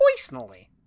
Poisonally